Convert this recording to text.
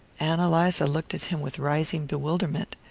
ann eliza looked at him with rising bewilderment.